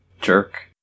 Jerk